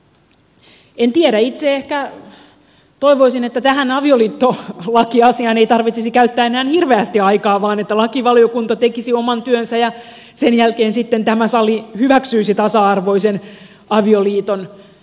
en tiedä itse ehkä toivoisin että tähän avioliittolakiasiaan ei tarvitsisi käyttää enää hirveästi aikaa vaan että lakivaliokunta tekisi oman työnsä ja sen jälkeen sitten tämä sali hyväksyisi tasa arvoisen avioliiton